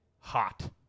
hot